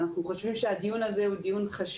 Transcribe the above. אנחנו חושבים שחשוב שהדיון הזה מתקיים.